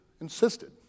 insisted